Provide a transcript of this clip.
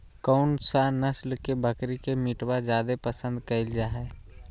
कौन सा नस्ल के बकरी के मीटबा जादे पसंद कइल जा हइ?